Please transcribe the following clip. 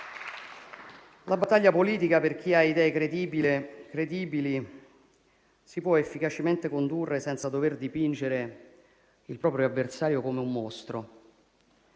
la battaglia politica, per chi ha idee credibili, si può efficacemente condurre senza dover dipingere il proprio avversario come un mostro.